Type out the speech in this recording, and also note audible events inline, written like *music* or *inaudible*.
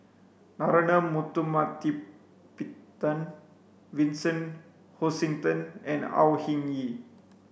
Narana *unintelligible* Vincent Hoisington and Au Hing Yee